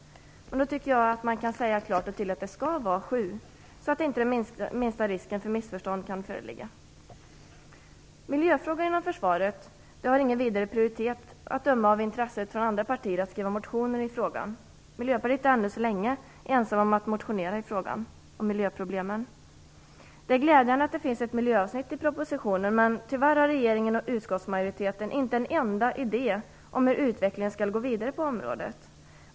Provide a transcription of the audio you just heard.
Jag tycker att man klart och tydligt kan säga att det skall vara sju; detta för att inte minsta risk för missförstånd skall föreligga. Miljöfrågor inom försvaret har ingen vidare prioritet, att döma av andra partiers intresse för att skriva motioner i frågan. Vi i Miljöpartiet är än så länge ensamma om att ha motionerat om miljöproblemen. Det är glädjande att det finns ett miljöavsnitt i propositionen. Tyvärr har regeringen och utskottsmajoriteten inte en enda idé om hur utvecklingen på området skall gå vidare.